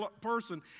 person